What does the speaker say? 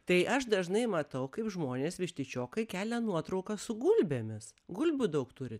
tai aš dažnai matau kaip žmonės vištyčiokai kelia nuotraukas su gulbėmis gulbių daug turi